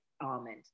almond